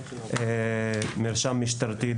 מרשם משטרתי,